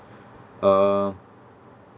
uh